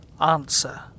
answer